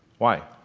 why?